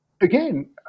again